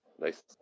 nice